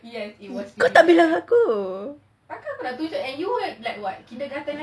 kau tak bilang aku